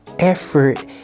effort